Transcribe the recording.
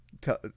Tell